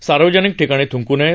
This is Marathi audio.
सार्वजनिक ठिकाणी थ्ंकू नये